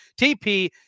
TP